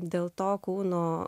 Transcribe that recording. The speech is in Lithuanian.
dėl to kūno